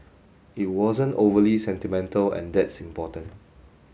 it wasn't overly sentimental and that's important